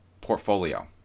portfolio